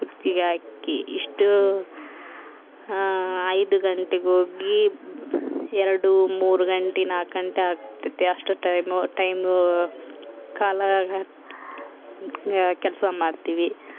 ಇಷ್ಟೂ ಐದು ಗಂಟೆಗ್ ಹೋಗಿ ಎರಡು ಮೂರು ಗಂಟೆ ನಾಲ್ಕು ಗಂಟೆ ಆಗ್ತದೆ ಅಷ್ಟು ಟೈಮು ಟೈಮೂ ಕಾಲ ಕೆಲಸ ಮಾಡ್ತೀವಿ